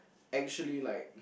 actually like